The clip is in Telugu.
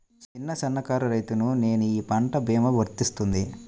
చిన్న సన్న కారు రైతును నేను ఈ పంట భీమా వర్తిస్తుంది?